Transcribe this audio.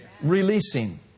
releasing